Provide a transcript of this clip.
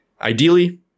ideally